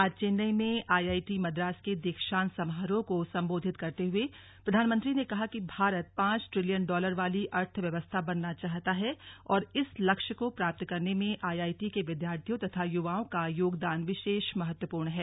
आज चेन्नई में आईआईटी मद्रास के दीक्षान्त समारोह को संबोधित करते हुए प्रधानमंत्री ने कहा कि भारत पांच ट्रिलियन डॉलर वाली अर्थव्यवस्था बनना चाहता है और इस लक्ष्य को प्राप्त करने में आईआईटी के विद्यार्थियों तथा युवाओं का योगदान विशेष महत्वपूर्ण है